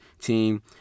team